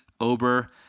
Ober